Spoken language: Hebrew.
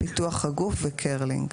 פיתוח הגוף וקרלינג."